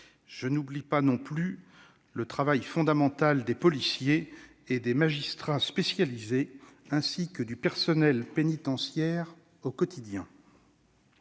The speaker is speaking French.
Je n'oublie pas non plus le travail fondamental des policiers et des magistrats spécialisés, ainsi que du personnel pénitentiaire au quotidien.